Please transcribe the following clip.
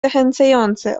zachęcające